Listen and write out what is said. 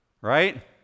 right